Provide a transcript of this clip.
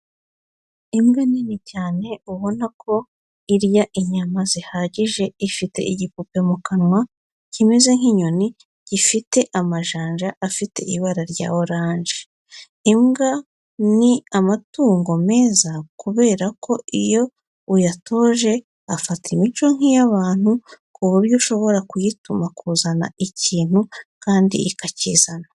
Imbwa nini cyane ubona ko irya inyama zihagije ifite igipupe mu kanwa kimeze nk'inyoni ifite amajanja afite ibara rya oranje. Imbwa ni amatungo meza kubera ko iyo uyatoje afata imico nk'iy'abantu ku buryo ushobora kuyituma kuzana ikintu kandi ikakizana.